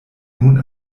nun